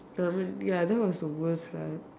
um ya that was the worst lah